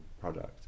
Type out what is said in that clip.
product